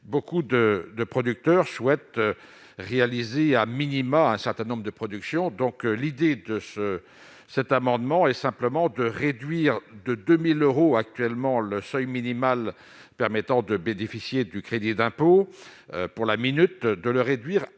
beaucoup de de producteurs souhaitent réaliser à minima, un certain nombre de production, donc l'idée de ce cet amendement est simplement de réduire de 2000 euros actuellement, le seuil minimal permettant de bénéficier du crédit d'impôt pour la minute de le réduire à 1500 euros